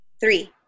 three